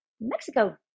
Mexico